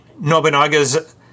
Nobunaga's